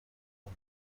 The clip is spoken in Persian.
اون